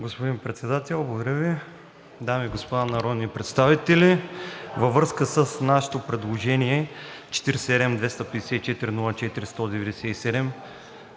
Господин Председател, благодаря Ви. Дами и господа народни представители, във връзка с нашето предложение, № 47-254-04-197,